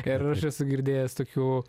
ir aš esu girdėjęs tokių